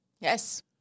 Yes